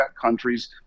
countries